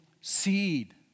seed